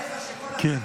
כן.